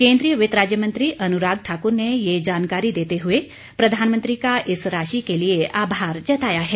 केन्द्रीय वित्त राज्य मंत्री अनुराग ठाकर ने ये जानकारी देते हुए प्रधानमंत्री का इस राशि के लिए आभार जताया है